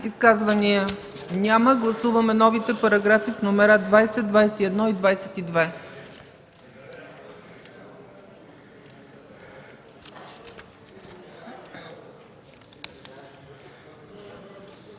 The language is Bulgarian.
Изказвания? Няма. Гласуваме новите параграфи с номера 20, 21 и 22.